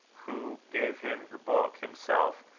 who gave him the book himself,